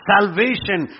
Salvation